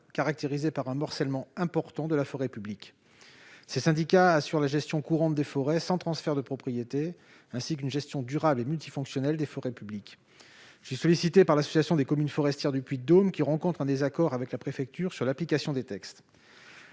caractérisés par un morcellement important de la forêt publique. Ces syndicats assurent la gestion courante des forêts sans transfert de propriété, ainsi qu'une gestion durable et multifonctionnelle des forêts publiques. Je suis sollicité par l'Association des communes forestières du Puy-de-Dôme, qui est en désaccord avec la préfecture sur l'application des textes.